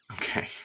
okay